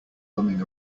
bumming